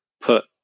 put